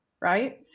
right